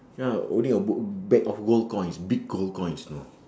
ya holding a b~ bag of gold coins big gold coins you know